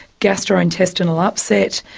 gastrointestinal upset.